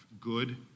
good